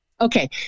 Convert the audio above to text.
Okay